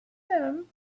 them